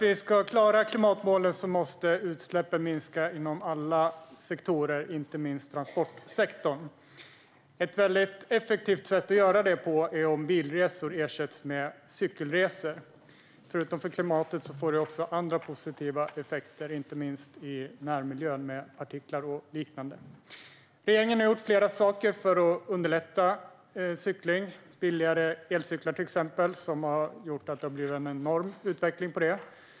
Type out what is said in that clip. Herr talman! För att vi ska klara klimatmålen måste utsläppen minska inom alla sektorer, inte minst transportsektorn. Ett effektivt sätt att göra det på är att ersätta bilresor med cykelresor. Utöver det som gäller klimatet får det andra positiva effekter, inte minst på närmiljön med partiklar och liknande. Regeringen har infört flera saker för att underlätta cykling, till exempel billigare elcyklar. Det har gjort att det har blivit en enorm utveckling på området.